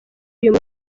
uyu